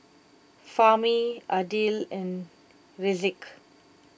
Fahmi Aidil and Rizqi